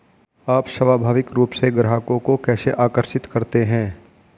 आप स्वाभाविक रूप से ग्राहकों को कैसे आकर्षित करते हैं?